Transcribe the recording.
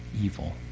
evil